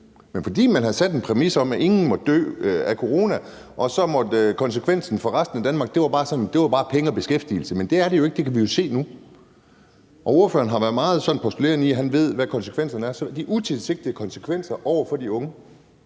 men fordi man havde sat en præmis om, at ingen måtte dø af corona, og så var konsekvensen for resten af Danmark bare noget med penge og beskæftigelse. Men det er det jo ikke. Det kan vi jo se nu. Og ordføreren har været meget sådan postulerende omkring, at han ved, hvad konsekvenserne var. Så vil ordføreren ikke bare lige